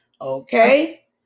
okay